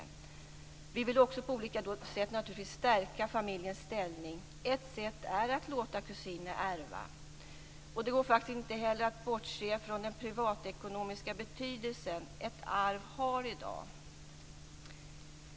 Vi vill naturligtvis också på olika sätt stärka familjens ställning. Ett sätt är att låta kusiner ärva. Det går faktiskt inte heller att bortse från den privatekonomiska betydelse ett arv har i dag.